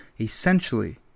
essentially